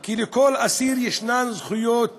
כי לכל אסיר יש זכויות